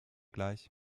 gleich